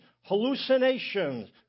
hallucinations